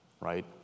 right